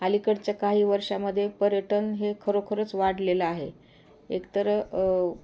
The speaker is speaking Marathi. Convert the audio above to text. अलीकडच्या काही वर्षामध्ये पर्यटन हे खरोखरंच वाढलेलं आहे एकतर